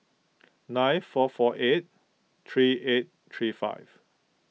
nine four four eight three eight three five